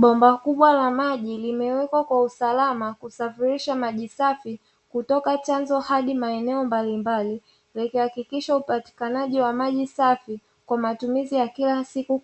Bomba kubwa la maji limewekwa kwa usalama kusafirisha maji kwa kuimarisha upatikanaji wa maji